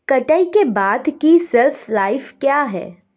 कटाई के बाद की शेल्फ लाइफ क्या है?